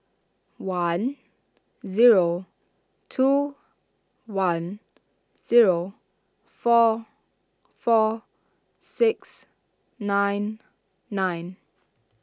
one zero two one zero four four six nine nine